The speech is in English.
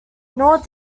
nor